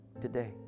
today